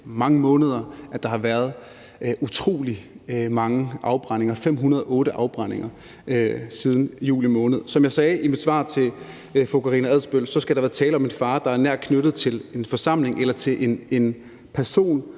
mange måneder har set, at der har været utrolig mange afbrændinger – 508 afbrændinger – siden juli måned. Som jeg sagde i mit svar til fru Karina Lorentzen Dehnhardt , skal der være tale om en fare, der er knyttet til en forsamling eller til en person,